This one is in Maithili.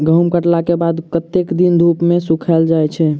गहूम कटला केँ बाद कत्ते दिन धूप मे सूखैल जाय छै?